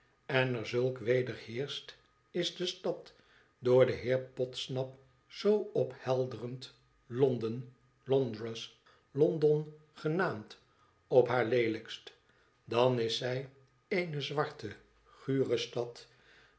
en er zulk weder heerscht is de stad door den heer podsnap zoo ophelderend londen londres london genaamd op haar leelijkst dan is zij eene zwarte gure stad